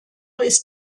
ist